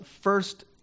first